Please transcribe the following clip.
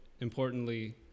importantly